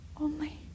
Only